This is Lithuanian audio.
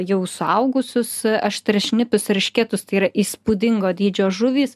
jau suaugusius aštriašnipius eršketus tai yra įspūdingo dydžio žuvys